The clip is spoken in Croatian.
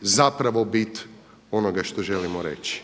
zapravo bit onoga što želimo reći.